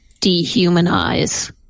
dehumanize